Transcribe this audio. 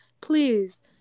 please